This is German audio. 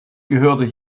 gehörte